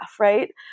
Right